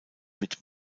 mit